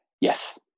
Yes